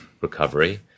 recovery